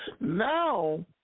Now